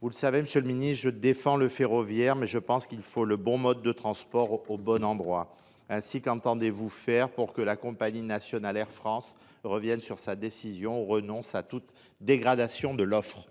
Vous le savez, monsieur le ministre, je défends le ferroviaire, mais je pense qu’il faut le bon mode de transport au bon endroit. Aussi, qu’entendez vous faire pour que la compagnie nationale Air France revienne sur sa décision ou renonce à toute dégradation de l’offre